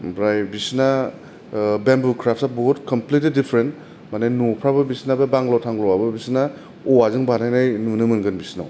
ओमफ्राय बिसिना bamboo grass आ कमफ्लिटलि दिपारेन्ट माने न'फ्राबो बिसिनाबो बांलं तांल' आबो बिसिना औवाजों बानायनाय नुनो मोनगोन बिसिनाव